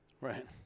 Right